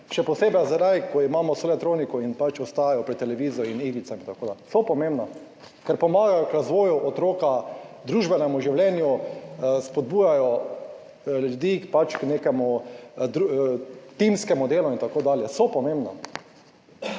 še posebej zdaj, ko imamo vso elektroniko in pač ostajajo pred televizijo in igricami, tako da so pomembna, ker pomagajo k razvoju otroka, družbenemu življenju, spodbujajo ljudi pač k nekemu timskemu delu, in tako dalje, so pomembna,